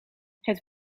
het